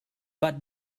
but